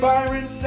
Byron